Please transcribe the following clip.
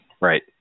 Right